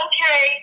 Okay